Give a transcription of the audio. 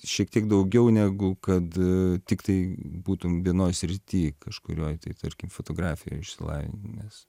šiek tiek daugiau negu kad tiktai būtum vienoj srity kažkurioj tai tarkim fotografijoj išsilavinęs